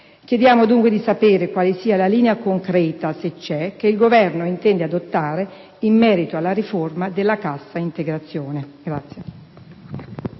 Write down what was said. Chiediamo dunque di sapere quale sia la linea concreta, se c'è, che il Governo intende adottare in merito alla riforma della Cassa integrazione.